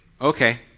okay